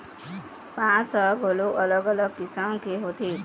बांस ह घलोक अलग अलग किसम के होथे